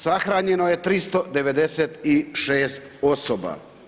Sahranjeno je 396 osoba.